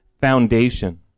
foundation